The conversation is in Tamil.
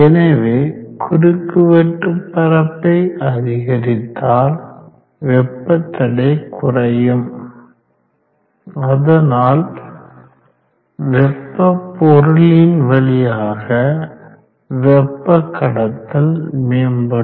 எனவே குறுக்குவெட்டு பரப்பை அதிகரித்தால் வெப்ப தடை குறையும் அதனால் வெப்ப பொருளின் வழியாக வெப்ப கடத்தல் மேம்படும்